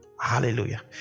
Hallelujah